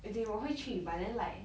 as in 我会去 but then like